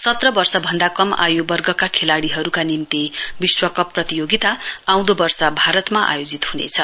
सत्र वर्शभन्दा कम आयुवर्गका खेलाडीहरूका निम्ति विश्व कप प्रतियोगिता आउँदो वर्ष भारतमा आयोजित हुनेछ